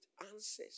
answers